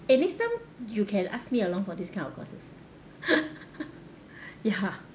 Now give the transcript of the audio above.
eh next time you can ask me along for this kind of courses ya